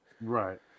Right